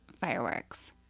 fireworks